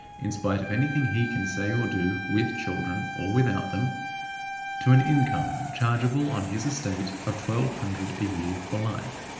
in spite of anything he can say or do with children or without them to an income chargeable on his estate of twelve hundred a year for life.